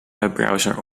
webbrowser